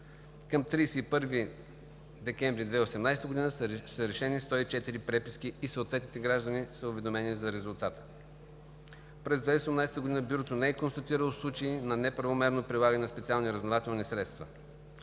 Към 31 декември 2018 г. са решени 104 преписки и съответните граждани са уведомени за резултата. През 2018 г. Бюрото не е констатирало случаи на неправомерно прилагане на специални разузнавателни средства.